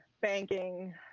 banking